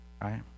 Right